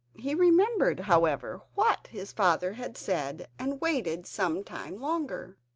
he remembered, however, what his father had said, and waited some time longer,